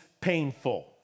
painful